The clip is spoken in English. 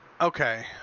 okay